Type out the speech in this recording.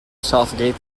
southgate